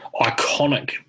Iconic